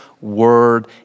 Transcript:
word